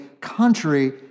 contrary